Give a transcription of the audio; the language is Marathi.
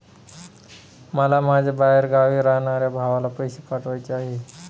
मला माझ्या बाहेरगावी राहणाऱ्या भावाला पैसे पाठवायचे आहे